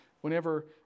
whenever